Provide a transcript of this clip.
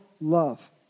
love